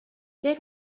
there